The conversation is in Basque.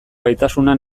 gaitasuna